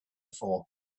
for